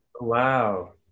Wow